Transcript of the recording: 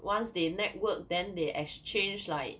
once they network then they exchange like